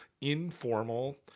informal